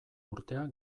urtea